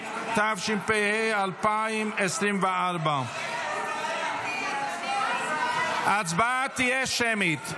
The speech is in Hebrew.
התשפ"ה 2024. ההצבעה תהיה שמית.